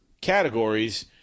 categories